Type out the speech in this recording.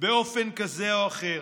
באופן כזה או אחר.